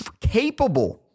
capable